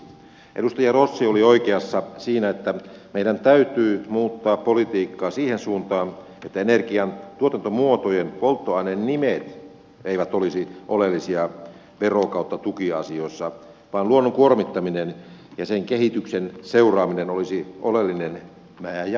edustaja rossi oli oikeassa siinä että meidän täytyy muuttaa politiikkaa siihen suuntaan että energian tuotantomuotojen polttoainenimet eivät olisi oleellisia vero ja tukiasioissa vaan luonnon kuormittaminen ja sen kehityksen seuraaminen olisi oleellinen ja määräävä tekijä